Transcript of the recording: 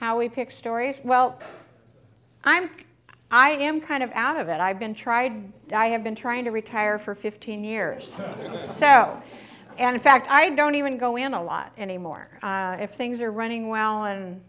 how we pick stories well i'm i am kind of out of it i've been tried i have been trying to retire for fifteen years or so and in fact i don't even go in a lot anymore if things are running well and